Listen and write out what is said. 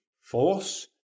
force